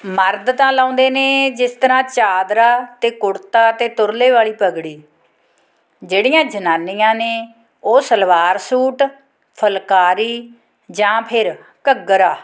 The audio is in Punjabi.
ਮਰਦ ਤਾਂ ਲਾਉਂਦੇ ਨੇ ਜਿਸ ਤਰ੍ਹਾਂ ਚਾਦਰਾ ਅਤੇ ਕੁੜਤਾ ਅਤੇ ਤੁਰਲੇ ਵਾਲੀ ਪੱਗੜੀ ਜਿਹੜੀਆਂ ਜਨਾਨੀਆਂ ਨੇ ਉਹ ਸਲਵਾਰ ਸੂਟ ਫੁਲਕਾਰੀ ਜਾਂ ਫੇਰ ਘੱਗਰਾ